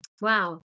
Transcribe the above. Wow